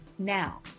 Now